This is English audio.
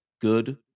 good